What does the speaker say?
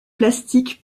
plastique